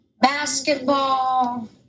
Basketball